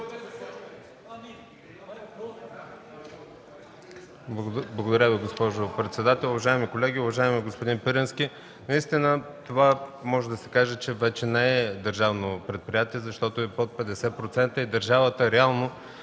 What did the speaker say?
Благодаря Ви, госпожо председател. Уважаеми колеги, уважаеми господин Пирински! Наистина може да се каже, че това вече не е държавно предприятие, защото е под 50% и държавата реално